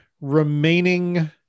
remaining